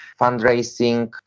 fundraising